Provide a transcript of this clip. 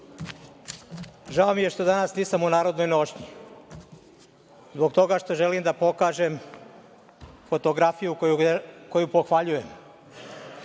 mi je što danas nisam u narodnoj nošnji, zbog toga što želim da pokažem fotografiju koju pohvaljujem.